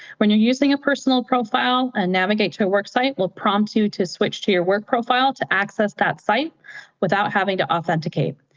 when you're using a personal profile and navigate to a worksite will prompt you to switch to your work profile to access that site without having to authenticate.